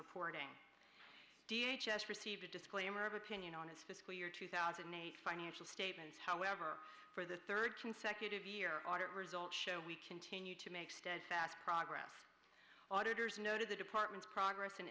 reporting just received a disclaimer of opinion on its fiscal year two thousand and eight financial statement however for the third consecutive year audit results show we continue to make steadfast progress auditors noted the department's progress in